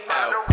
out